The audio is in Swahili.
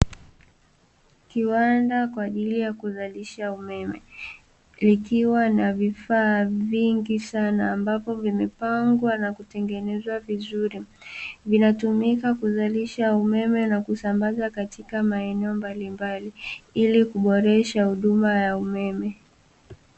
Kiwanda kwa ajili ya kuzalisha umeme ikiwa na vifaa vingi sana ambapo vimepangwa na kutengenezwa vizuri, vinatumika kuzalisha umeme na kusambaza katika maeneo mbalimbali, ili kuboresha huduma ya umeme.